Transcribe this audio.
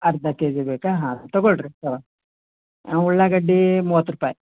ಅರ್ಧ K G ಬೇಕಾ ಹಾಂ ತಗೋಳ್ರೀ ಉಳ್ಳಾಗಡ್ಡಿ ಮೂವತ್ತು ರೂಪಾಯಿ